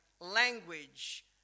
language